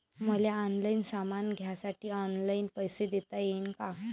मले ऑनलाईन सामान घ्यासाठी ऑनलाईन पैसे देता येईन का?